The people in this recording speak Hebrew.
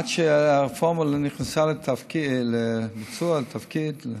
עד שהרפורמה הזאת נכנסה לביצוע, לתפקיד,